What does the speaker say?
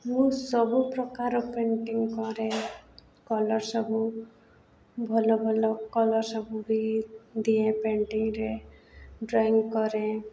ମୁଁ ସବୁ ପ୍ରକାର ପେଣ୍ଟିଂ କରେ କଲର୍ ସବୁ ଭଲ ଭଲ କଲର୍ ସବୁ ବି ଦିଏ ପେଣ୍ଟିଂରେ ଡ୍ରଇଂ କରେ